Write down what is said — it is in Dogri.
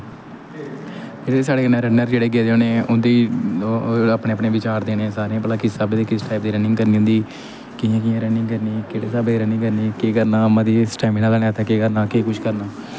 जेह्ड़े साढ़ै कन्नै रन्नर जेह्ड़े गेदे होने उं'दी ओह् अपने अपने बिचार देने भला किस स्हाबें दी किस टाइप दी रनिंग करनी होंदी कि'यां कि'यां रनिंग करनी केह्ड़े स्हाबा दी रनिंग करनी केह् करना मता स्टैमना बनाने आस्तै केह् करना केह् कुछ करना